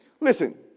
listen